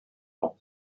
ans